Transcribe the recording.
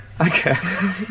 okay